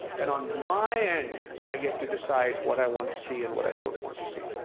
and on my end i get to decide what i want to see and what i don't want to see.